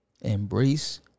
Embrace